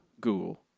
Google